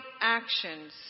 actions